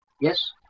Yes